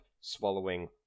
swallowing